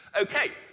Okay